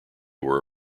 were